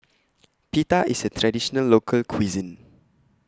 Pita IS A Traditional Local Cuisine